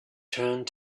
turned